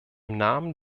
namen